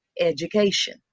education